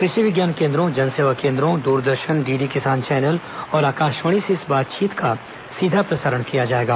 कृषि विज्ञान केंद्रों जनसेवा केंद्रो दूरदर्शन डीडी किसान चैनल और आकाशवाणी से इस बातचीत का सीधा प्रसारण किया जाएगा